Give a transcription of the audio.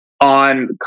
on